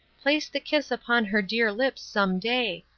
place the kiss upon her dear lips some day,